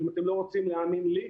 אם אתם לא רוצים להאמין לי,